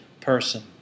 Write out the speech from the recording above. person